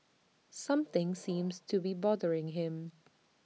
something seems to be bothering him